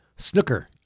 Snooker